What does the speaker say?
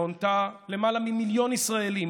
שהונתה למעלה ממיליון ישראלים,